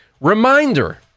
reminder